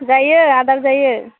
जायो आदार जायो